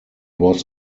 was